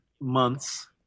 months